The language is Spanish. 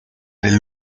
del